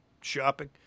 shopping